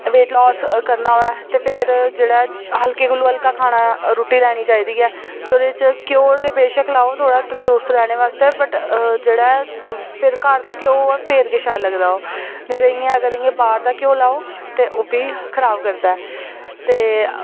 weight loss करना होऐ ते फिर जेह्ड़ा ऐ हल्के कोलू हल्का खाना रुट्टी लैनी चाहिदी ऐ ते ओह्दे च घ्योऽ ते बेशक्क लैओ पर थोह्ड़ा तंदरुस्त रैह्ने बास्तै वट् जेह्ड़ा ऐ फिर घर दा घ्योऽ होऐ फिर गै शैल लगदा ओह् नेईं ते इ'यां अगर इ'यै बाह्र दा घ्योऽ लैओ ते ओह्बी खराब करदा ऐ ते